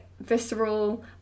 visceral